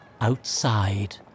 outside